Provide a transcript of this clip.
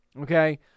okay